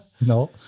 No